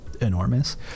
enormous